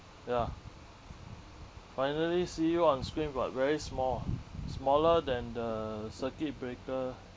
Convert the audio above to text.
ya finally see you on screen but very small ah smaller than the circuit breaker